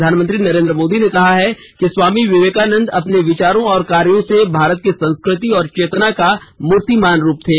प्रधानमंत्री नरेन्द्र मोदी ने कहा है कि स्वामी विवेकानंद अपने विचारों और कार्यो से भारत की संस्कृति और चेतना का मुर्तिमान रूप थे